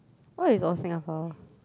why you got Singapore